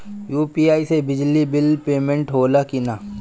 UPI से बिजली bill payment होला कि न?